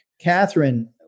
Catherine